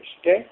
okay